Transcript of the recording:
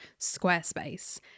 Squarespace